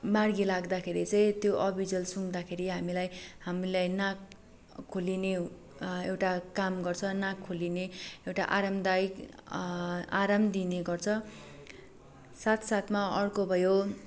मार्गी लाग्दाखेरि चाहिँ त्यो अबिजाल सुँघ्दाखेरि हामीलाई हामीलाई नाक खोलिने एउटा काम गर्छ नाक खोलिने एउटा आरामदायक आराम दिने गर्छ साथ साथमा अर्को भयो